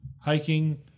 hiking